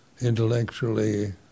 intellectually